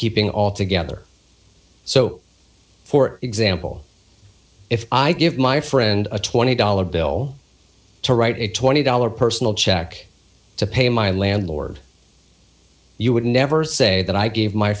keeping all together so for example if i give my friend a twenty dollars bill to write a twenty dollars personal check to pay my landlord you would never say that i gave my